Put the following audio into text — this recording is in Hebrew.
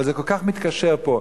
אבל זה כל כך מתקשר לפה.